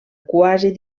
quasi